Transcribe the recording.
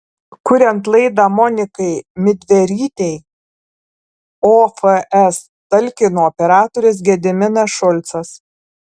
kuriant laidą monikai midverytei ofs talkino operatorius gediminas šulcas